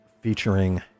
featuring